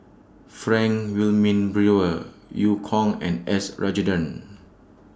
Frank Wilmin Brewer EU Kong and S Rajendran